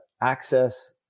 access